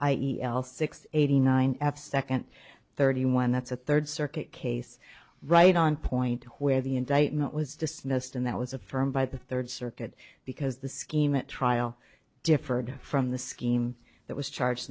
a e l six eighty nine f second thirty one that's the third circuit case right on point where the indictment was dismissed and that was affirmed by the third circuit because the scheme at trial differed from the scheme that was charged